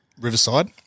Riverside